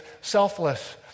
selfless